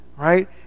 Right